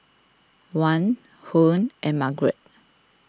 Dwan Huy and Margrett